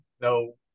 no